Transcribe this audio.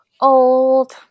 old